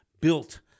built